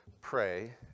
pray